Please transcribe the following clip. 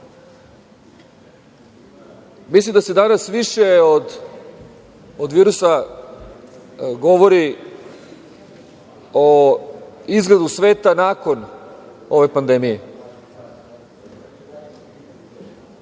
da se danas više od virusa govori o izgledu sveta nakon ove pandemije